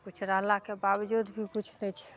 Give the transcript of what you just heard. किछु रहलाके बावजूद भी किछु नहि छै